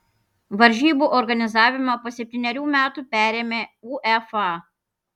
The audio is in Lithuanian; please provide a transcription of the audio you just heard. varžybų organizavimą po septynerių metų perėmė uefa